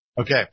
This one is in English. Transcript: Okay